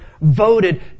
voted